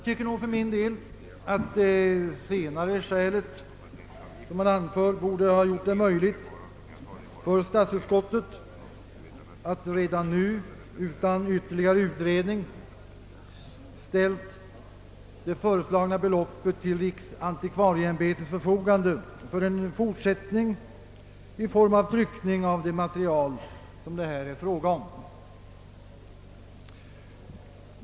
Jag anser att det senare av de anförda skälen borde ha gjort det möjligt för statsutskottet att redan nu, utan ytterligare utredning, ställa det föreslagna beloppet till riksantikvarieämbetets förfogande för en fortsatt bearbetning i form av tryckning av det material det här är fråga om.